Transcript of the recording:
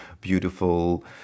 beautiful